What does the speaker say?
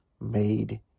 made